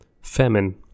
famine